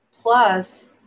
Plus